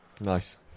Nice